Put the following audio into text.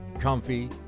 comfy